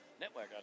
network